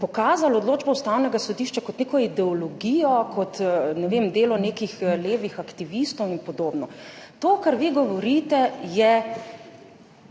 pokazali odločbo Ustavnega sodišča kot neko ideologijo, kot, ne vem, delo nekih levih aktivistov in podobno. To, kar vi govorite, je